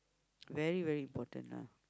very very important now